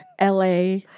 LA